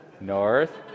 North